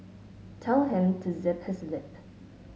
tell him to zip his lip